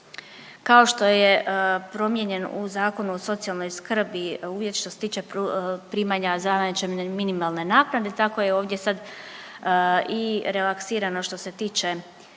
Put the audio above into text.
kao što je promijenjen u Zakonu o socijalnoj skrbi uvjet što se tiče primanja zajamčene minimalne naknade, tako je ovdje sad i relaksirano što se tiče